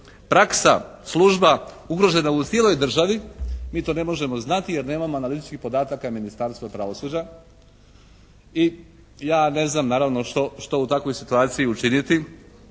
praksa, služba ugrožena u cijeloj državi. Mi to ne možemo znati jer nemamo analitičkih podatka Ministarstva pravosuđa i ja ne znam naravno što u takvoj situaciji učiniti.